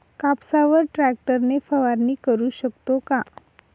कापसावर ट्रॅक्टर ने फवारणी करु शकतो का?